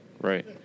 Right